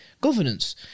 governance